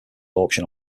auction